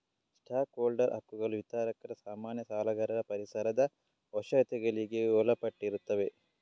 stock holder ಹಕ್ಕುಗಳು ವಿತರಕರ, ಸಾಮಾನ್ಯ ಸಾಲಗಾರರ ಪರಿಹಾರದ ಅವಶ್ಯಕತೆಗಳಿಗೆ ಒಳಪಟ್ಟಿರುತ್ತವೆ